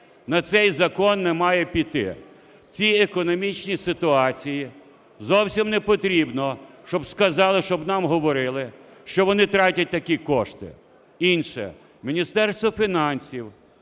на цей закон не має піти. В цій економічній ситуації зовсім непотрібно, щоб сказали, що нам говорили, що вони тратять такі кошти. Інше. Міністерство фінансів